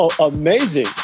amazing